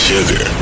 Sugar